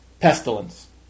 Pestilence